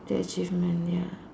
their achievement ya